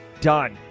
done